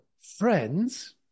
friends